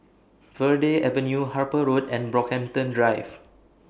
Verde Avenue Harper Road and Brockhampton Drive